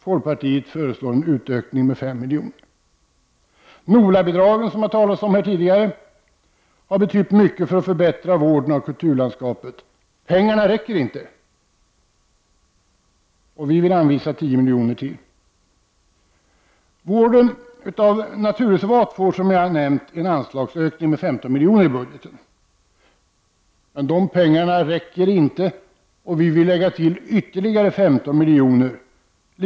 Folkpartiet föreslår en ökning med 5 milj.kr. NOLA-bidragen, som nämnts här tidigare, har betytt mycket för att förbättra vården av kulturlandskapet. Pengarna räcker inte till, varför vi vill anvisa ytterligare 10 milj.kr. Vården av naturreservat får, som jag har nämnt, en anslagsökning med 15 milj.kr. De pengarna räcker inte, varför vi vill anvisa ytterligare 15 milj.kr.